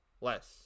less